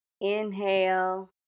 inhale